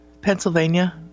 Pennsylvania